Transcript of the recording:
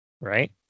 Right